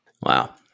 Wow